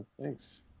Thanks